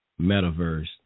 Metaverse